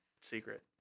secret